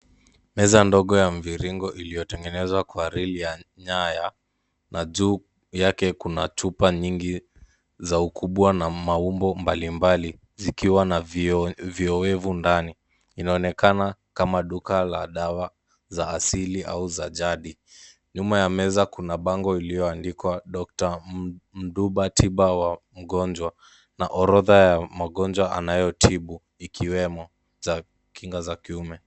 Meza ndogo ya mviringo iliyotengenezwa kwa reli ya nyaya na juu yake kuna chupa nyingi za ukubwa na maumbo mbalimbali, zikiwa na vioevu ndani. Inaonekana kama duka la dawa za asili au za jadi. Nyuma ya meza kuna bango iliyoandikwa doctor mduba tiba wa mgonjwa, na orodha ya magonjwa anayotibu ikiwemo za kinga za kiume.